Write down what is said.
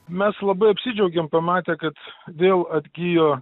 mes labai apsidžiaugėm pamatę kad vėl atgijo